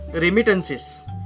remittances